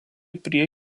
prie